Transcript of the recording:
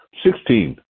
Sixteen